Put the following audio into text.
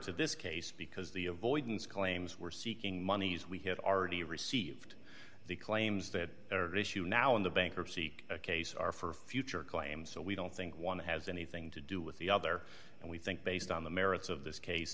to this case because the avoidance claims we're seeking monies we have already received the claims that are at issue now in the bankruptcy case are for future claims so we don't think one has anything to do with the other and we think based on the merits of this case